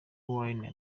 wine